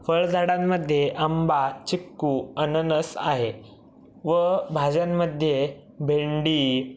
फळझाडांमध्ये आंबा चिक्कू अननस आहे व भाज्यांमध्ये भेंडी